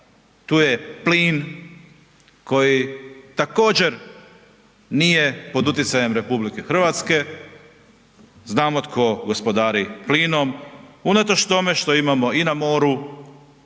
tu je plin koji također nije pod utjecajem RH, znamo tko gospodari plinom, unatoč tome što imamo i na moru